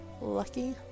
Lucky